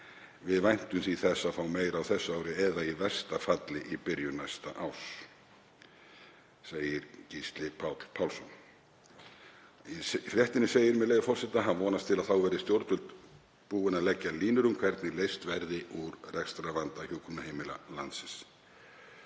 Við væntum því þess að fá meira á þessu ári eða í versta falli í byrjun næsta árs.“ Í fréttinni segir svo, með leyfi forseta: „Hann vonast til að þá verði stjórnvöld búin að leggja línur um hvernig leyst verði úr rekstrarvanda hjúkrunarheimila landsins.